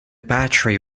battery